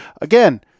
again